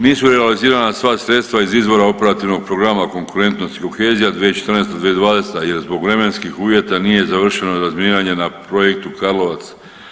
Nisu realizirana sva sredstva iz izvora operativnog programa konkurentnost i kohezija 2014.-2020. jer zbog vremenskih uvjeta nije završeno razminiranje na projektu Karlovac.